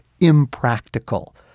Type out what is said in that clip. impractical